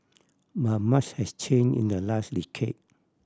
but much has change in the last decade